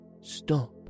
Stop